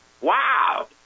Wow